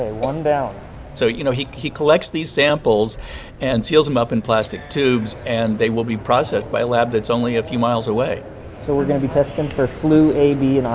ah one down so, you know, he he collects these samples and seals them up in plastic tubes, and they will be processed by a lab that's only a few miles away so we're going to be testing for flu a, b and